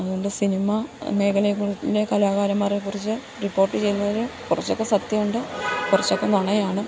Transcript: അതുകൊണ്ട് സിനിമ മേഖലയെക്കുറിച്ച് കലാകാരന്മാരെക്കുറിച്ച് റിപ്പോർട്ട് ചെയ്യുന്നതിന് കുറച്ചൊക്കെ സത്യമുണ്ട് കുറച്ചൊക്കെ നുണയാണ്